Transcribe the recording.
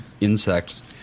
insects